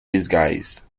disguise